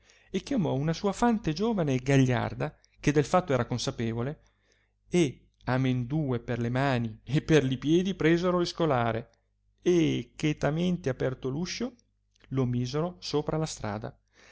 e chiamò una sua fante giovane e gagliarda che del fatto era consapevole e amendue per le mani e per li piedi presero il scolare e chetamente aperto l uscio lo misero sopra la strada